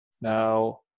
Now